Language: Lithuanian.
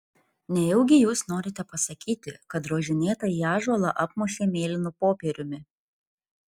nejaugi jūs norite pasakyti kad drožinėtąjį ąžuolą apmušė mėlynu popieriumi